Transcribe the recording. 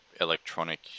electronic